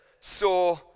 saw